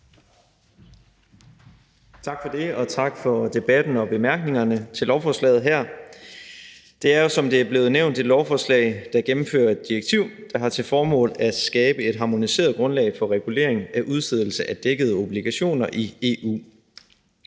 Tak for det, og tak for debatten og bemærkningerne til lovforslaget her. Det er jo, som det er blevet nævnt, et lovforslag, der gennemfører et direktiv, der har til formål at skabe et harmoniseret grundlag for regulering af udstedelse af dækkede obligationer i EU.